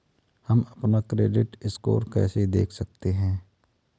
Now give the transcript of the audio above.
हम अपना credit score कैसे देख सकते हैं?